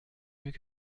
mieux